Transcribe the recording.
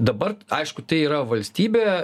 dabar aišku tai yra valstybė